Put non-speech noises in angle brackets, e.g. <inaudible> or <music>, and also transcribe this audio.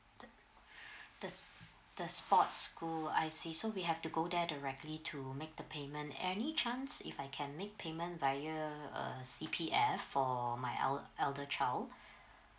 the <breath> the the sport school I see so we have to go there directly to make the payment any chance if I can make payment via uh C_P_F for my eld~ elder child <breath>